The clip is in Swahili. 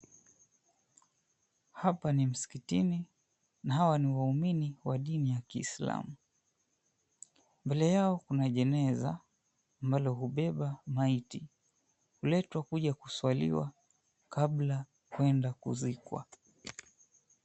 Hapa ni msikitini na hawa ni waumini wa dini ya Kiislamu. Mbele yao kuna jeneza ambalo hubeba maiti kuletwa kuja kuswaliwa kabla kwenda kuzikwa.